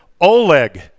Oleg